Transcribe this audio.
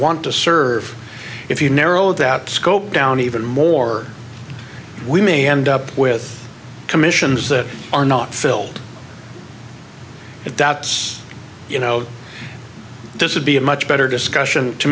want to serve if you narrow that scope down even more we may end up with commissions that are not filled if that's you know this would be a much better discussion to